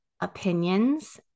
opinions